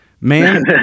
Man